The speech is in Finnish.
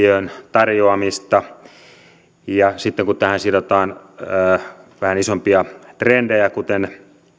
tarjoamista sitten kun tähän sidotaan vähän isompia trendejä kuten